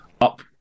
up